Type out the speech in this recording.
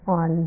on